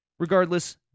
Regardless